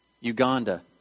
Uganda